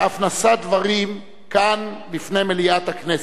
שאף נשא דברים כאן בפני מליאת הכנסת.